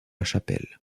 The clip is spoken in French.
chapelle